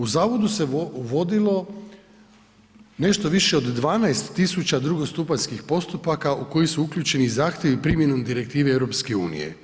U zavodu se vodilo nešto više od 12.000 drugostupanjskih postupaka u koji uključeni i zahtjevi primjenom direktive EU.